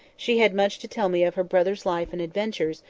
she had much to tell me of her brother's life and adventures,